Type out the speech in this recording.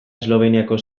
esloveniako